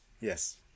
Yes